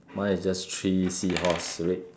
mine is just three sea horse red